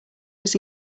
was